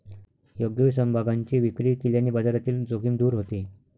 योग्य वेळी समभागांची विक्री केल्याने बाजारातील जोखीम दूर होते